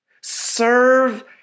Serve